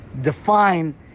define